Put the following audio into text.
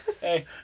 hey